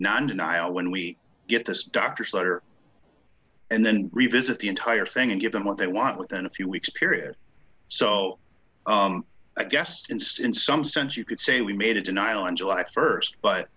non denial when we get this doctor's letter and then revisit the entire thing and give them what they want within a few weeks period so i guess that instance some sense you could say we made a denial on july st but